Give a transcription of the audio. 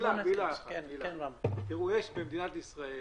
יש במדינת ישראל